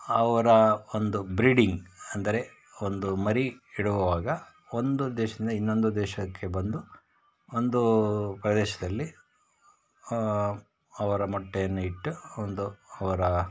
ಅವರ ಒಂದು ಬ್ರೀಡಿಂಗ್ ಅಂದರೆ ಒಂದು ಮರಿ ಇಡುವಾಗ ಒಂದು ದೇಶದಿಂದ ಇನ್ನೊಂದು ದೇಶಕ್ಕೆ ಬಂದು ಒಂದು ಪ್ರದೇಶದಲ್ಲಿ ಅವರ ಮೊಟ್ಟೆಯನ್ನು ಇಟ್ಟು ಒಂದು ಅವರ